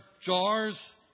jars